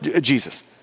Jesus